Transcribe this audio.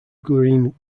green